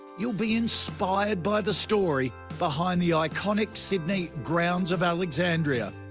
you'll be inspired by the story behind the iconic sydney grounds of alexandria.